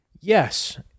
Yes